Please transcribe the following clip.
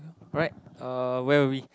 alright uh where were we